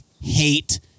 hate